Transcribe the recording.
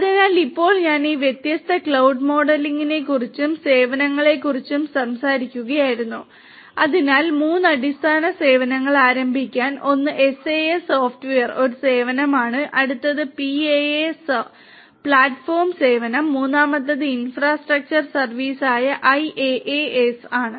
അതിനാൽ ഇപ്പോൾ ഞാൻ ഈ വ്യത്യസ്ത ക്ലൌഡ് മോഡലുകളെക്കുറിച്ചും സേവനങ്ങളെക്കുറിച്ചും സംസാരിക്കുകയായിരുന്നു അതിനാൽ മൂന്ന് അടിസ്ഥാന സേവനങ്ങൾ ആരംഭിക്കാൻ ഒന്ന് SaaS സോഫ്റ്റ്വെയർ ഒരു സേവനമാണ് അടുത്തത് PaaS ആണ് പ്ലാറ്റ്ഫോം സേവനം മൂന്നാമത്തേത് ഇൻഫ്രാസ്ട്രക്ചർ സർവീസ് ആയ IaaS ആണ്